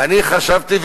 ואני חשבתי,